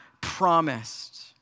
promised